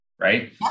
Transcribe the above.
right